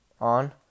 on